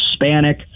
Hispanic